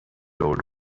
old